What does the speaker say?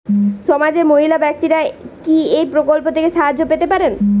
সমাজের মহিলা ব্যাক্তিরা কি এই প্রকল্প থেকে সাহায্য পেতে পারেন?